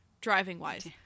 Driving-wise